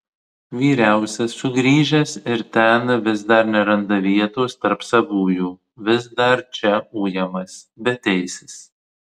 vyriausias sugrįžęs ir ten vis dar neranda vietos tarp savųjų vis dar čia ujamas beteisis